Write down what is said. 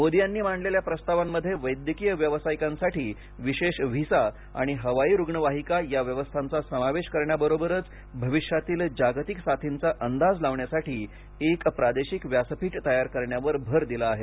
मोदी यांनी मांडलेल्या प्रस्तावांमध्ये वैद्यकीय व्यावसायिकांसाठी विशेष व्हिसा आणि हवाई रुग्णवाहिका या व्यवस्थाचा समावेश करण्याबरोबरच अविष्यातील जागतिक सार्थींचा अंदाज लावण्यासाठी एक प्रादेशिक व्यासपीठ तयार करण्यावर भर दिला आहे